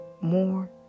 more